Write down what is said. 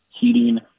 heating